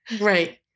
Right